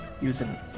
using